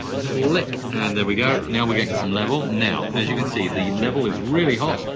click and there we go. now we're getting some level. now as you can see the level is really hot.